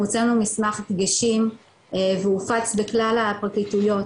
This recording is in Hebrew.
אנחנו הוצאנו מסמך דגשים והוא הופץ בכלל הפרקליטויות,